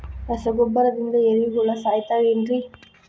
ರಸಗೊಬ್ಬರದಿಂದ ಏರಿಹುಳ ಸಾಯತಾವ್ ಏನ್ರಿ?